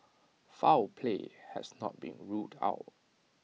foul play has not been ruled out